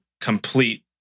complete